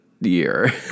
year